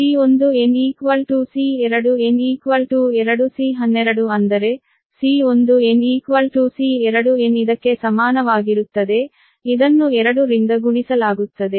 ಆದ್ದರಿಂದ C1n C2n 2 C12 ಅಂದರೆ C1n C2n ಇದಕ್ಕೆ ಸಮಾನವಾಗಿರುತ್ತದೆ ಇದನ್ನು 2 ರಿಂದ ಗುಣಿಸಲಾಗುತ್ತದೆ